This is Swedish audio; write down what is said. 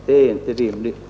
Det är inte rimligt.